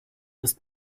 ist